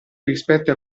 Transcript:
rispetto